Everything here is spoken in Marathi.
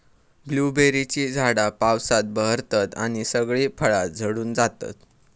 ब्लूबेरीची झाडा पावसात बहरतत आणि सगळी फळा झडून जातत